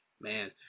Man